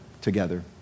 together